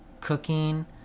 cooking